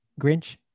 Grinch